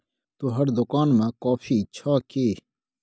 तोहर दोकान मे कॉफी छह कि?